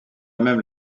même